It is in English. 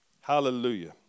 Hallelujah